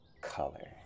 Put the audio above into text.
color